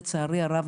לצערי הרב,